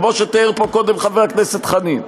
כמו שתיאר פה קודם חבר הכנסת חנין.